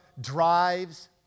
drives